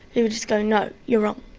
who just go, no, you're wrong'.